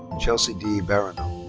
chelsea d. barrineau.